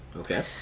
Okay